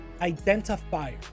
identifier